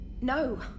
No